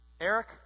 Eric